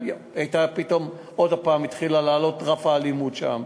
פתאום עוד הפעם התחיל לעלות רף האלימות שם.